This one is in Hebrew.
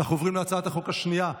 אנחנו עוברים להצבעה השנייה,